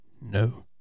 No